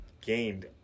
gained